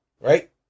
right